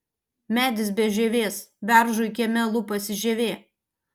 medis be žievės beržui kieme lupasi žievė